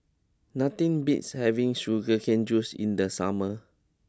nothing beats having Sugar Cane Juice in the summer